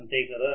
అంతే కదా